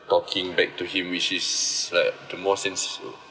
talking back to him which is like the more sens~